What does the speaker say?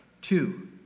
Two